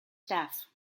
staff